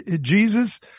Jesus